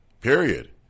period